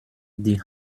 die